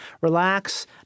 relax